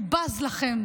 הוא בז לכם.